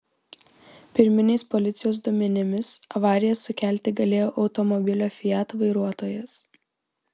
pirminiais policijos duomenimis avariją sukelti galėjo automobilio fiat vairuotojas